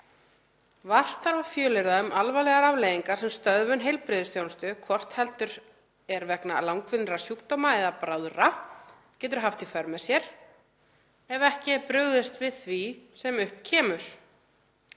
Vart þarf að fjölyrða um alvarlegar afleiðingar sem stöðvun heilbrigðisþjónustu, hvort heldur er vegna langvinnra sjúkdóma eða bráðra, getur haft í för með sér, ef ekki er brugðist við því sem upp kemur.